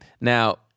Now